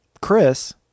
chris